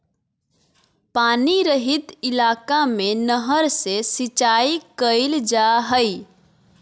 पानी रहित इलाका में नहर से सिंचाई कईल जा हइ